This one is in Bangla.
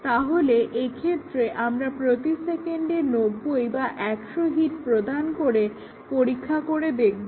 তাহলে এক্ষেত্রে আমরা প্রতি সেকেন্ডে 90 বা 100 হিট প্রদান করে পরীক্ষা করে দেখবো